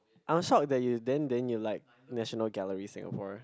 I'm shocked that you then then you like National Gallery Singapore